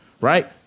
right